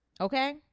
okay